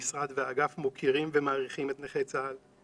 המשרד והאגף מוקירים ומעריכים את נכי צה"ל,